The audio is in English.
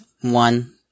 one